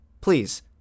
please